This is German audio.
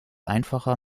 einfacher